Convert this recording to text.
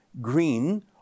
Green